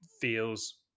feels